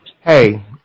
Hey